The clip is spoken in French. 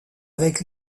avec